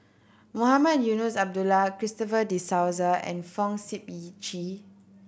Mohamed Eunos Abdullah Christopher De Souza and Fong Sip Chee